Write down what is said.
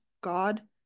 God